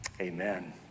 Amen